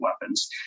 weapons